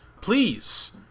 Please